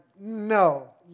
no